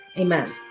Amen